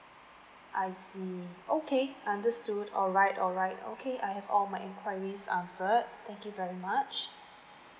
I see okay understood alright alright okay I have all my enquiries answered thank you very much